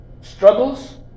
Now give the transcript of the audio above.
struggles